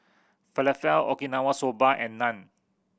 Falafel Okinawa Soba and Naan